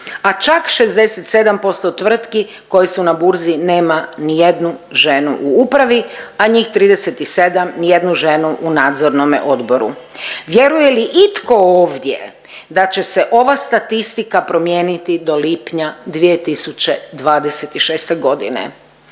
a čak 67% tvrtki koje su na burzi nema ni jednu ženu u upravi, a njih 37 ni jednu ženu u nadzornome odboru. Vjeruje li itko ovdje da će se ova statistika promijeniti do lipnja 2026. godine.